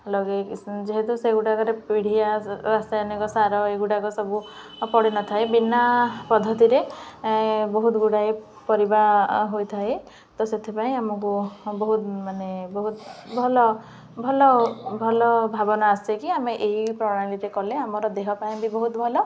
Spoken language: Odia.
ଲଗେଇକି ଯେହେତୁ ସେଗୁଡ଼ାକରେ ପିଢ଼ିଆ ରାସାୟନିକ ସାର ଏଗୁଡ଼ାକସବୁ ପଡ଼ିନଥାଏ ବିନା ପଦ୍ଧତିରେ ବହୁତଗୁଡ଼ାଏ ପରିବା ହୋଇଥାଏ ତ ସେଥିପାଇଁ ଆମକୁ ବହୁତ ମାନେ ବହୁତ ଭଲ ଭଲ ଭଲ ଭାବନା ଆସିକି ଆମେ ଏଇ ପ୍ରଣାଳୀରେ କଲେ ଆମର ଦେହ ପାଇଁ ବି ବହୁତ ଭଲ